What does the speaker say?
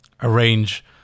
arrange